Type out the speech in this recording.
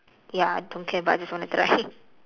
ya don't care but I just wanna try